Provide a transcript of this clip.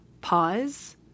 pause